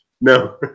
No